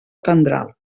tendral